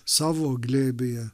savo glėbyje